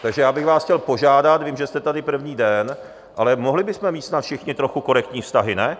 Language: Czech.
Takže já bych vás chtěl požádat, vím, že jste tady první den, ale mohli bychom mít snad všichni trochu korektní vztahy, ne?